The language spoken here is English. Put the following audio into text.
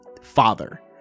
father